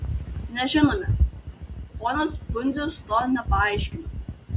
nežinome ponas pundzius to nepaaiškina